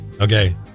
Okay